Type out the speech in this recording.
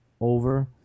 over